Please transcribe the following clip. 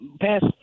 past